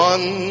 One